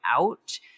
out